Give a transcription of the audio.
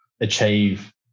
achieve